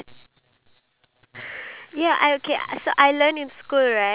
do it but if you don't know the outcome then you won't even do it